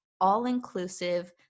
all-inclusive